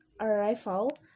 arrival